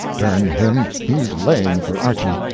dern him, he's laying for archy,